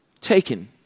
Taken